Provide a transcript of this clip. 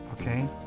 Okay